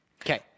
Okay